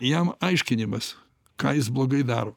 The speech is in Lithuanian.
jam aiškinimas ką jis blogai daro